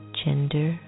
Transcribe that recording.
gender